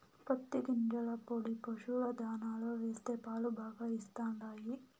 పత్తి గింజల పొడి పశుల దాణాలో వేస్తే పాలు బాగా ఇస్తండాయి